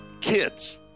kids